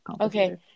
okay